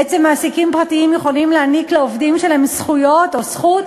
בעצם מעסיקים פרטיים יכולים לתת לעובדים שלהם זכויות או זכות,